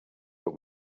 but